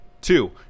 Two